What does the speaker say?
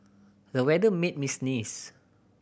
the weather made me sneeze